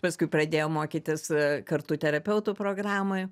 paskui pradėjom mokytis kartu terapeutų programoj